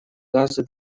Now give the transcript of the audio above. газы